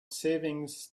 savings